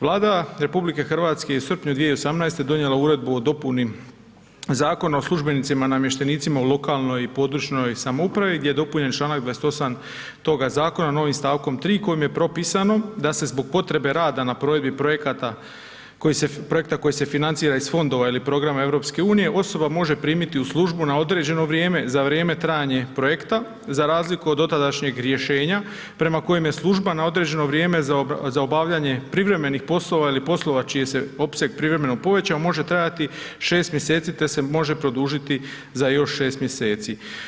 Vlada RH u srpnju 2018. donijela je Uredbu o dopuni Zakonom o službenicima i namještenicima u lokalnoj i područnoj (regionalnoj) samoupravi gdje je dopunjen članak 28. toga zakona novim stavkom 3. kojim je propisano da se zbog potrebe rada na provedbi projekta koji se financira iz fondova ili programa EU, osoba može primiti u službu na određeno vrijeme za vrijeme trajanja projekta za razliku od dotadašnjeg rješenja prema kojem je služba na određeno vrijeme za obavljanje privremenih poslova ili poslova čiji se opseg privremeno povećao može trajati 6 mjeseci te se može produžiti za još 6 mjeseci.